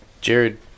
Jared